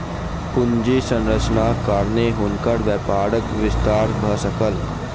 पूंजी संरचनाक कारणेँ हुनकर व्यापारक विस्तार भ सकल